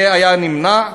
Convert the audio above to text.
זה היה נמנע.